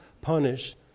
punish